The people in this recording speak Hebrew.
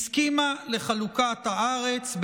הסכימה לחלוקת הארץ,